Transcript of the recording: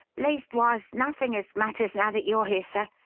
leastwise, nothing as matters now that you are here, sir.